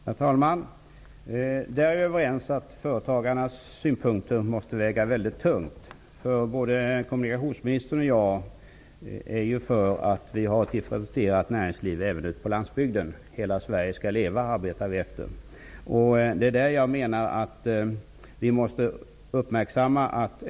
Herr talman! Vi är överens om att företagarnas synpunkter måste väga mycket tungt. Både kommunikationsministern och jag är för ett differentierat näringsliv även ute på landsbygden. Vi arbetar efter mottot Hela Sverige skall leva.